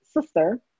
sister